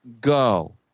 Go